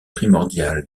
primordiale